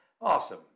awesome